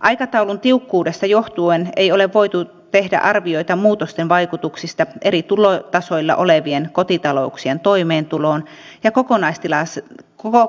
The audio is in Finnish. aikataulun tiukkuudesta johtuen ei ole voitu tehdä arvioita muutosten vaikutuksista eri tulotasoilla olevien kotitalouksien toimeentuloon ja